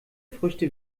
früchte